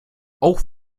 auch